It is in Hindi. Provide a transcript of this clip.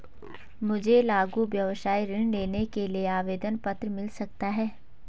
मुझे लघु व्यवसाय ऋण लेने के लिए आवेदन पत्र मिल सकता है?